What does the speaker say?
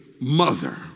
mother